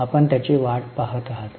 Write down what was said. आपण त्याची वाट पाहत आहात